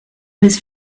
his